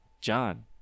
John